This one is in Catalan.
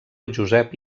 josep